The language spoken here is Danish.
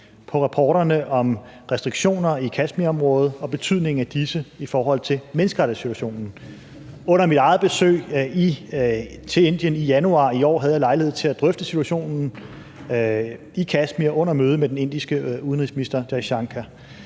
på rapporterne om restriktioner i Kashmirområdet og betydningen af disse i forhold til menneskerettighedssituationen. Under mit eget besøg i Indien i januar i år havde jeg lejlighed til at drøfte situationen i Kashmir under mødet med den indiske udenrigsminister Jaishankar.